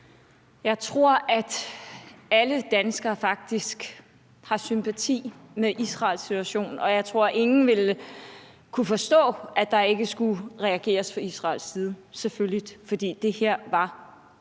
Jeg tror, at alle danskere faktisk har sympati med Israel i den situation, de står i, og jeg tror, at ingen ville kunne forstå, at der ikke skulle reageres fra Israels side. For det her var helt